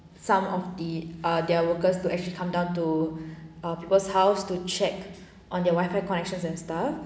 some of the ah their workers to actually come down to ah people's house to check on their WIFI connections and stuff